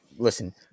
Listen